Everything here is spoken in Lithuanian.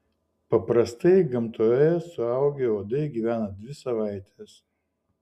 paprastai gamtoje suaugę uodai gyvena dvi savaites